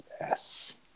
yes